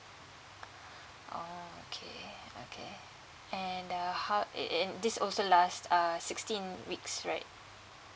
orh okay okay and uh how and and this also last err sixteen weeks right